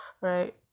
right